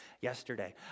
yesterday